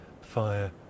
fire